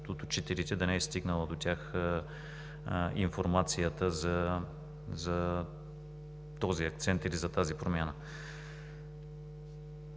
от учителите да не е стигнала информацията за този акцент или за тази промяна.